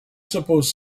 supposed